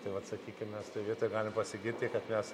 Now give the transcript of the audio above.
tai vat sakykim mes toj vietoj galim pasigirti kad mes